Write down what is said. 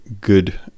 good